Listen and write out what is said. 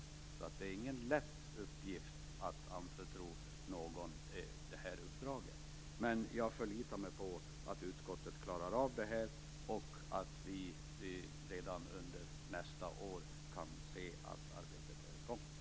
Således är det ingen lätt uppgift att anförtro någon det här uppdraget, men jag förlitar mig på att utskottet klarar av detta och att vi redan under nästa år kan se att arbetet är i gång.